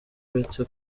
uretse